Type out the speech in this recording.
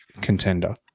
contender